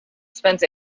spent